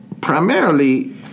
primarily